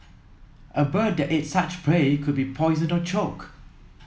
a bird that ate such prey could be poisoned or choke